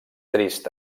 trist